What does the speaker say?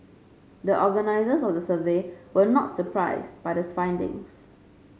the organisers of the survey were not surprised by the findings